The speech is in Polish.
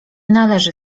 należy